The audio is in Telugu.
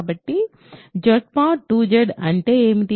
కాబట్టి Z mod 2 Z అంటే ఏమిటి